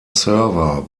server